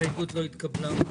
ההסתייגות לא התקבלה.